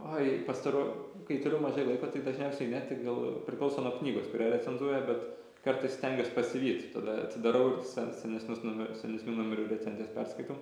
ai pastaruo kai turiu mažai laiko tai dažniausiai ne tik gal priklauso nuo knygos kurią recenzuoja bet kartais stengiuos pasivyt tada atsidarau ir se senesnius numerius senesnių numerių recenzijas perskaitau